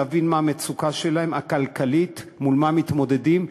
להבין מה המצוקה הכלכלית שלהם,